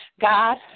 God